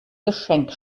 geschenk